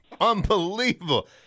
Unbelievable